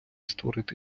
створити